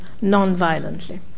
non-violently